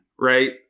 right